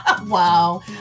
Wow